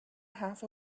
half